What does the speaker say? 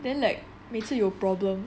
then like 每次有 problem